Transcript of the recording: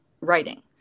writing